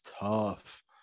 tough